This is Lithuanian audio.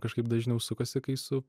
kažkaip dažniau sukasi kai su